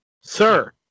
Sir